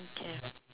okay